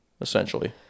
essentially